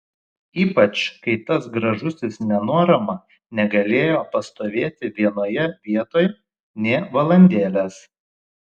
ypač kai tas gražusis nenuorama negalėjo pastovėti vienoje vietoj nė valandėlės